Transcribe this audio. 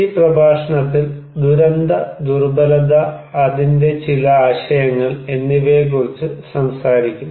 ഈ പ്രഭാഷണത്തിൽ ദുരന്ത ദുർബലത അതിൻറെ ചില ആശയങ്ങൾ എന്നിവയെക്കുറിച്ച് സംസാരിക്കും